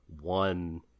one